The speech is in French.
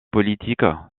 politiques